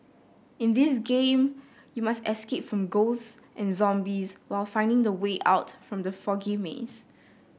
in this game you must escape from ghost and zombies while finding the way out from the foggy maze